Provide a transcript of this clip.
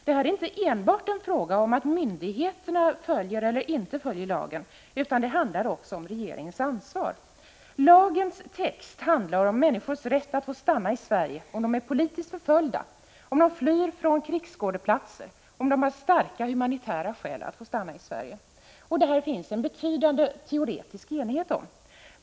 Det här är inte enbart en fråga om att myndigheterna följer eller inte följer lagen, utan det handlar också om regeringens ansvar. Lagens text handlar om människors rätt att få stanna i Sverige om de är politiskt förföljda, om de flyr från krigsskådeplatser, om de har starka humanitära skäl att få stanna i Sverige. Detta finns det en betydande teoretisk enighet om.